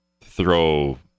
throw